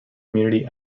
community